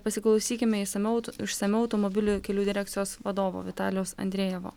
pasiklausykime išsamiau išsamiau automobilių kelių direkcijos vadovo vitalijaus andrejevo